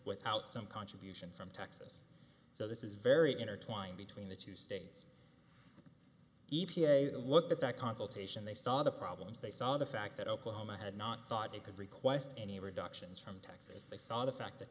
without some contribution from texas so this is very intertwined between the two states e p a look at that consultation they saw the problems they saw the fact that oklahoma had not thought they could request any reductions from texas they saw the fact that